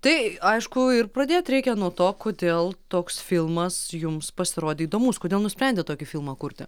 tai aišku ir pradėt reikia nuo to kodėl toks filmas jums pasirodė įdomus kodėl nusprendėt tokį filmą kurti